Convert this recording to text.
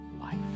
life